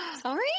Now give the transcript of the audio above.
sorry